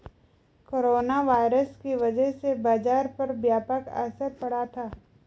corona virus की वजह से बाजार पर व्यापक असर पड़ा था